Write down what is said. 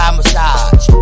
massage